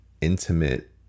intimate